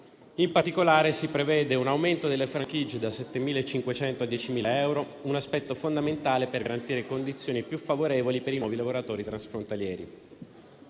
In particolare, si prevede un aumento delle franchigie da 7.500 a 10.000 euro, un aspetto fondamentale per garantire condizioni più favorevoli per i nuovi lavoratori transfrontalieri.